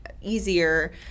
easier